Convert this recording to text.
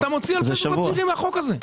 אתה מוציא אלפים מהחוק הזה.